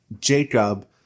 Jacob